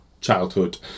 childhood